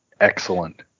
Excellent